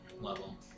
level